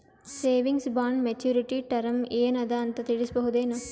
Savings bond maturity term ಏನ ಅದ ಅಂತ ತಿಳಸಬಹುದೇನು?